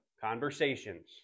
Conversations